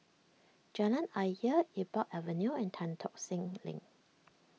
Jalan Ayer Iqbal Avenue and Tan Tock Seng Link